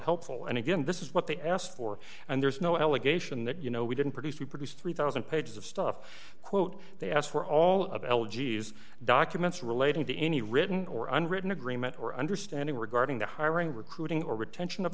helpful and again this is what they asked for and there's no allegation that you know we didn't produce to produce three thousand pages of stuff quote they asked for all of l g s documents relating to any written or unwritten agreement or understanding regarding the hiring recruiting or retention of